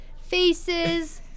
faces